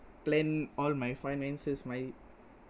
plan all my finances my